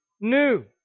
new